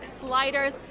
sliders